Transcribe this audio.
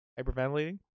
Hyperventilating